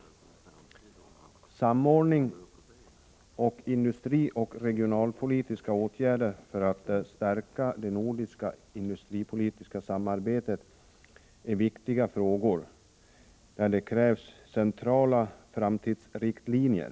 Samordning av industrioch regionalpolitiska åtgärder för att stärka det nordiska industripolitiska samarbetet är en viktig fråga, där det krävs centrala framtidsriktlinjer.